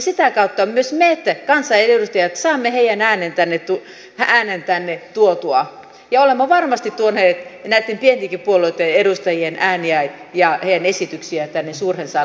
sitä kautta myös me kansanedustajat saamme heidän äänensä tänne tuotua ja olemme varmasti tuoneet näitten pientenkin puolueitten edustajien ääniä ja heidän esityksiään tänne suureen saliin keskusteluun